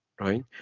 right